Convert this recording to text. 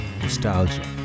nostalgia